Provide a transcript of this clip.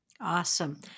Awesome